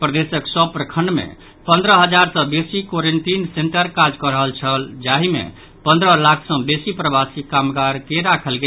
प्रदेशक सभ प्रखंड मे पन्द्रह हजार सँ बेसी क्वारेंटीन सेन्टर काज कऽ रहल छल जहि मे पन्द्रह लाख सँ बेसी प्रवासी कामगार के राखल गेल